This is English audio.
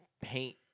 paint